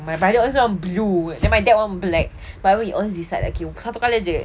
my brother always want blue then my dad want black but we'll always decide okay satu colour jer